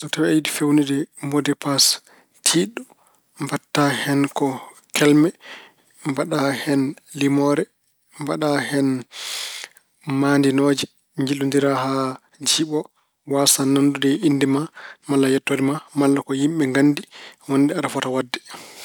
So tawi aɗa yiɗi feewnude mo de pas tiiɗɗo, mbaɗta hen ko kelme, mbaɗa hen, limoore, mbaɗa maandinooje. Njillondira haa jiiɓo, waasa nanndude e innde ma malla yettoode ma malla ko yimɓe nganndi wonde aɗa fota waɗde.